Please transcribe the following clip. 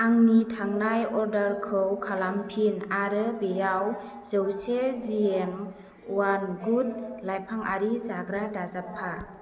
आंनि थांनाय अर्डारखौ खालामफिन आरो बेयाव जौसे जिएम उवान गुड लाइफांआरि जाग्रा दाजाबफा